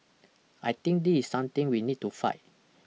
I think this is something we need to fight